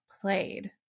played